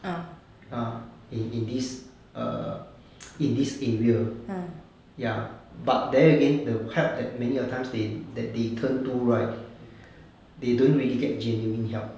ah in in this err in this area ya but there again the help that many a time they that they turn to right they don't really get genuine help